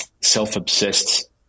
self-obsessed